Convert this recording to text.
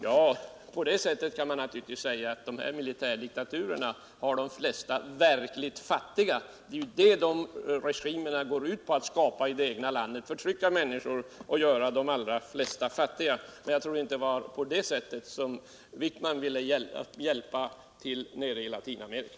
Man kan naturligtvis säga att militärdiktaturerna i fråga har de flesta verkligt fattiga. De regimerna har ju som mål att i det egna landet förtrycka människor och göra de allra flesta fattiga. Men jag trodde inte att det var på det sättet som Anders Wijkman ville hjälpa till nere i Latinamerika.